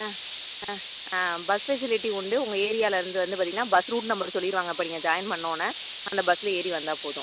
ஆ ஆ bus facility உண்டு உங்கள் ஏரியாலேருந்து வந்து பார்த்திங்கன்னா பஸ் ரூட் நம்பர் சொல்லிருவாங்க இப்போ நீங்கள் ஜாயின் பண்ணவொன்னே அந்த பஸ்ஸில் ஏரி வந்தால் போதும்